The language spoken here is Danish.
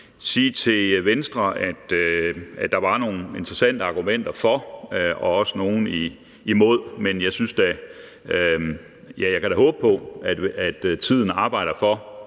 sige til Venstre, at der var nogle interessante argumenter for og også nogle imod, men jeg kan da håbe på, at tiden arbejder for,